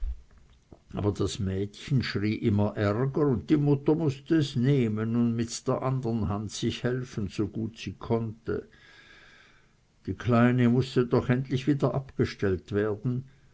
aber das kleine mädchen schrie immer ärger und die mutter mußte es nehmen und mit der andern hand sich helfen so gut sie konnte die kleine mußte doch endlich wieder abgestellt werden